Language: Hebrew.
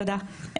תודה,